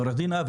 עורך דין אבי,